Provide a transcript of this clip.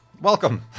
welcome